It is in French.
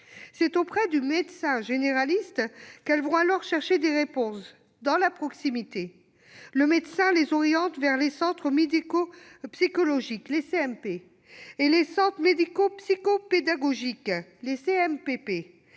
C'est auprès du médecin généraliste qu'elles vont alors chercher des réponses, dans la proximité. Le médecin les oriente vers les centres médico-psychologiques (CMP) et les centres médico-psycho-pédagogiques (CMPP),